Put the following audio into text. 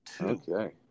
Okay